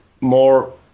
more